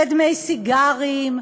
ודמי סיגרים,